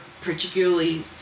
particularly